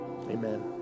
Amen